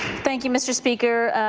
thank you, mr. speaker.